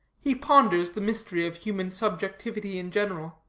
he ponders the mystery of human subjectivity in general.